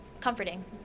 comforting